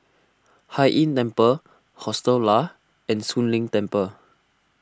Hai Inn Temple Hostel Lah and Soon Leng Temple